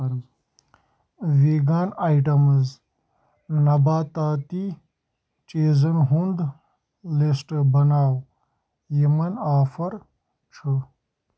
vegan items نَباتٲتی چیٖزن ہُنٛد لسٹ بناو یِمَن آفر چھِ